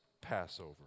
Passover